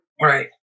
Right